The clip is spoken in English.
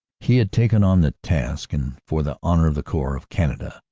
he had taken on the task and for the honor of the corps, of canada.